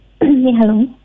hello